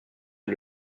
est